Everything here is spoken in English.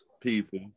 people